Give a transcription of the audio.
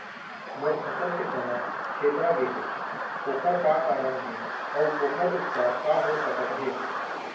मोर फसल के तना छेदा गेहे ओखर का कारण हे अऊ ओखर उपचार का हो सकत हे?